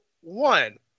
one